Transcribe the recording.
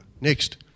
Next